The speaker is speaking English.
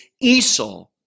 Esau